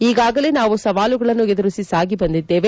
ಈಗಾಗಲೇ ನಾವು ಸವಾಲುಗಳನ್ನು ಎದುರಿಸಿ ಸಾಗಿಬಂದಿದ್ದೇವೆ